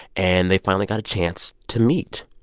and they finally got a chance to meet.